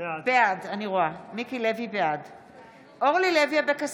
בעד אורלי לוי אבקסיס,